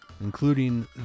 including